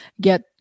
get